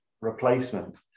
replacement